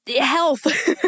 health